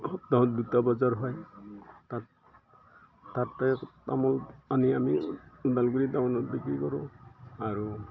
সপ্তাহত দুটা বজাৰ হয় তাত তাতে তামোল আনি আমি ওদালগুৰি টাউনত বিক্ৰী কৰোঁ আৰু